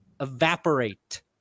evaporate